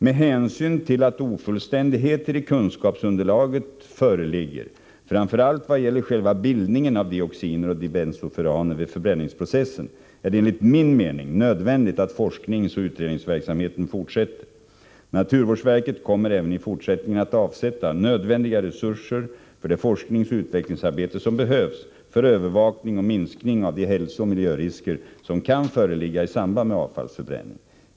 Med hänsyn till att ofullständigheter i kunskapsunderlaget föreligger framför allt i vad gäller själva bildningen av dioxiner och dibensofuraner vid förbränningsprocessen är det enligt min mening nödvändigt att forskningsoch utredningsverksamheten fortsätter. Naturvårdsverket kommer även i fortsättningen att avsätta nödvändiga resurser för det forskningsoch utvecklingsarbete som behövs för övervakning och minskning av de hälsooch miljörisker som kan föreligga i samband med avfallsförbränning.